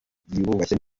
yiyubashye